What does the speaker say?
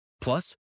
Plus